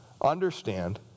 understand